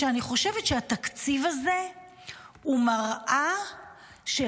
שאני חושב שהתקציב הזה הוא מראה של